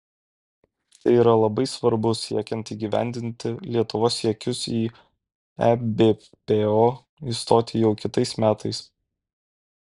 tai yra labai svarbu siekiant įgyvendinti lietuvos siekius į ebpo įstoti jau kitais metais